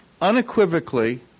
unequivocally